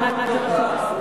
צריך לבוא עכשיו.